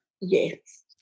yes